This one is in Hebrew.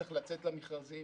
צריך לצאת למכרזים,